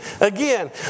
again